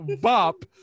Bop